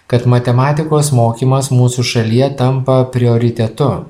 kad matematikos mokymas mūsų šalyje tampa prioritetu